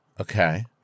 Okay